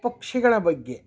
ಪಕ್ಷಿಗಳ ಬಗ್ಗೆ